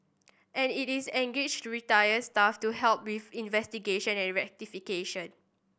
and it is engaged retired staff to help with investigation and rectification